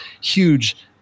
huge